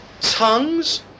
Tongues